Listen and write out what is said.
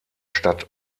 stadt